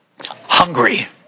Hungry